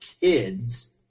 kids